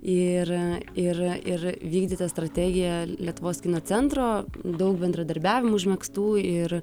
ir ir ir vykdyta strategija lietuvos kino centro daug bendradarbiavimų užmegztų ir